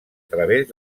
través